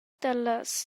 dallas